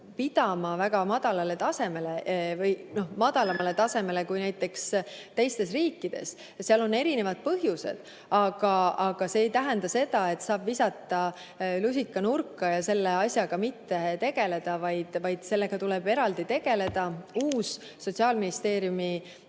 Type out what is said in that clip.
pidama väga madalale tasemele või madalamale tasemele kui osas teistes riikides. Seal on erinevad põhjused. Aga see ei tähenda seda, et saab visata lusika nurka ja selle asjaga mitte tegeleda. Sellega tuleb edasi tegeleda. Uus Sotsiaalministeeriumi